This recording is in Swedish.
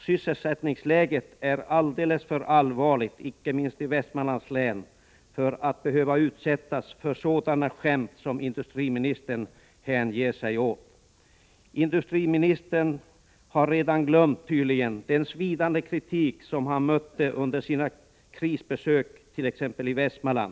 Sysselsättningsläget är alldeles för allvarligt, icke minst i Västmanlands län, för att utsättas för sådana skämt som industriministern hänger sig åt. Industriministern har tydligen redan glömt den svidande kritik som han mötte under sina krisbesök, t.ex. i Västmanland.